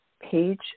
page